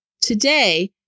Today